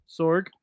Sorg